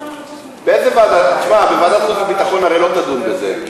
ועדת החוץ והביטחון הרי לא תדון בזה.